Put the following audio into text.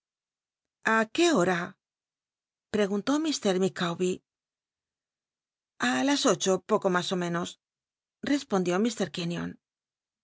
altisonante qué hora'l preguntó i micawber a las ocho poco mas ó menos rc